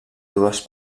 dues